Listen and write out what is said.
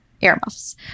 earmuffs